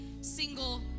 single